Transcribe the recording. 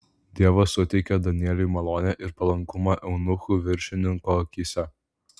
dievas suteikė danieliui malonę ir palankumą eunuchų viršininko akyse